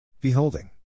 Beholding